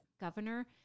governor